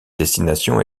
destinations